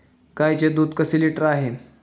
गाईचे दूध कसे लिटर आहे?